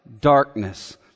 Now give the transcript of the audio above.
darkness